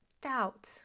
doubt